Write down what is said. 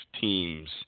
teams